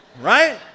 right